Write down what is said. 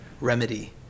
remedy